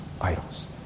idols